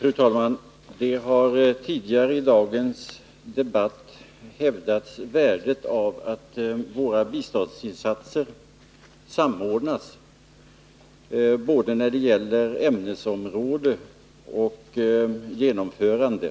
Fru talman! Tidigare i dagens debatt har man hävdat värdet av att våra biståndsinsatser samordnas när det gäller både ämnesområden och genomförande.